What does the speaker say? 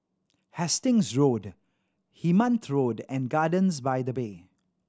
Hastings Road Hemmant Road and Gardens by the Bay